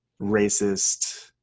racist